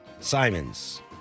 Simons